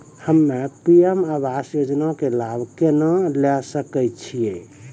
हम्मे पी.एम आवास योजना के लाभ केना लेली सकै छियै?